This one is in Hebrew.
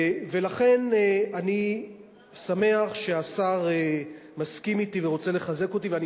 לכן אני שמח שהשר מסכים אתי ורוצה לחזק אותי ואני